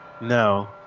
no